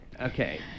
Okay